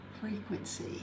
frequency